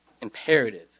imperative